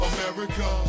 America